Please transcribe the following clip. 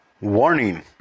Warning